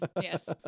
yes